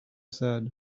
said